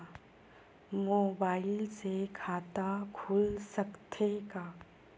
Mobile से खाता खुल सकथे का?